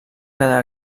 quedar